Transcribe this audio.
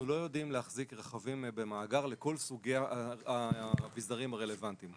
אנחנו לא יודעים להחזיק במאגר רכבים לכל סוגי האבזרים הרלוונטיים.